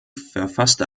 verfasste